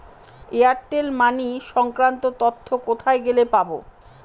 Airtel money সংক্রান্ত তথ্য কোথায় গেলে পাব?